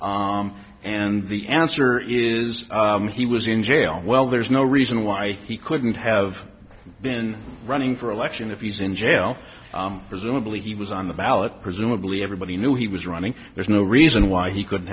observed and the answer is he was in jail well there's no reason why he couldn't have been running for election if he's in jail presumably he was on the ballot presumably everybody knew he was running there's no reason why he couldn't